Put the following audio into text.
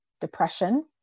depression